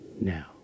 Now